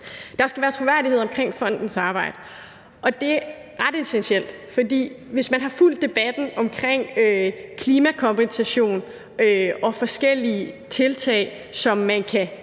Der skal være troværdighed omkring fondens arbejde, og det er ret essentielt, for hvis man har fulgt debatten omkring klimakompensation og forskellige tiltag, som man kan